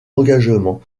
engagement